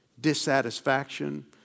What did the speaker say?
Dissatisfaction